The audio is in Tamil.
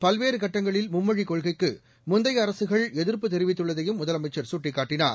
பல்வேறு கட்டங்களில் மும்மொழி கொள்கைக்கு முந்தைய அரசுகள் எதிா்ப்பு தெரிவித்துள்ளதையும் முதலமைச்சர் சுட்டிக்காட்டினார்